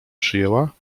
przyjęła